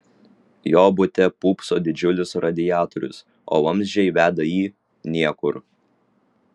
jo bute pūpso didžiulis radiatorius o vamzdžiai veda į niekur